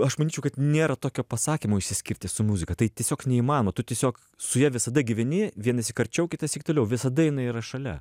aš manyčiau kad nėra tokio pasakymo išsiskirti su muzika tai tiesiog neįmanoma tu tiesiog su ja visada gyveni vienąsyk arčiau kitąsyk toliau visaja jinai yra šalia